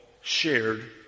shared